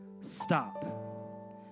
stop